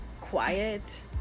quiet